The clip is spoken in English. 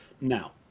Now